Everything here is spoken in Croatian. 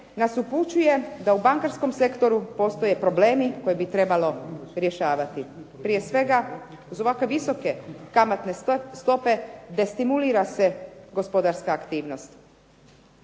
nas upućuje da u bankarskom sektoru postoje problemi koje bi trebalo rješavati. Prije svega uz ovako visoke kamatne stope destimulira se gospodarska aktivnost.